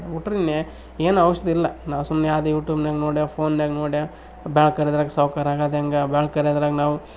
ಅದು ಬಿಟ್ರೆ ಇನ್ನು ಏನೂ ಔಷಧಿ ಇಲ್ಲ ನಾ ಸುಮ್ನೆ ಯಾವ್ದೋ ಯೂಟ್ಯೂಬ್ನ್ಯಾಗ ನೋಡ್ಯೋ ಫೋನ್ನಾಗ ನೋಡ್ಯೋ ಬೆಳಕರಿಯೋದ್ರಾಗೆ ಸಾವ್ಕಾರ ಆಗೋದು ಹೆಂಗೆ ಬೆಳಕರಿಯೋದ್ರಾಗೆ ನಾವು